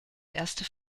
erste